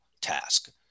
task